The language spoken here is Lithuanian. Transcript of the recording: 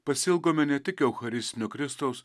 pasiilgome ne tik eucharistinio kristaus